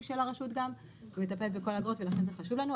של הרשות ומטפלת בכל האגרות ולכן זה חשוב לנו.